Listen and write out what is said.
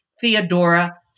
Theodora